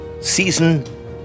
season